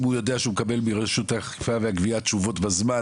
אם הוא יודע שהוא מקבל מרשות האכיפה והגבייה תשובות בזמן